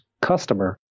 customer